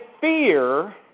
fear